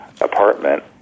apartment